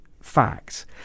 facts